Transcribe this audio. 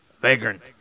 vagrant